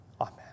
amen